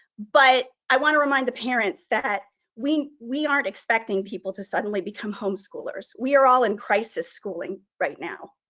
but i wanna remind the parents that we we aren't expecting people to suddenly become home-schoolers. we are all in crisis schooling right now,